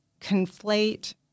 conflate